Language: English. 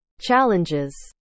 challenges